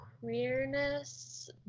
queerness